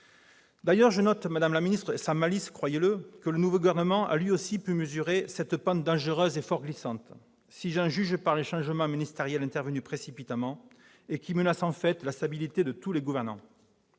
D'ailleurs, je note sans malice, madame la garde des sceaux, que le nouveau gouvernement a lui-même pu mesurer cette pente dangereuse fort glissante, si j'en juge par les changements ministériels intervenus précipitamment, qui menacent la stabilité de tous les gouvernants.